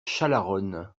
chalaronne